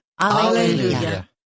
Alleluia